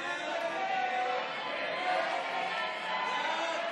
הצעת סיעות